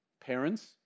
parents